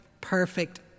perfect